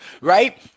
right